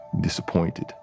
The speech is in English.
disappointed